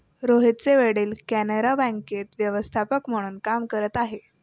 रोहितचे वडील कॅनरा बँकेत व्यवस्थापक म्हणून काम करत आहे